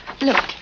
Look